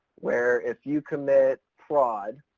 where if you commit fraud,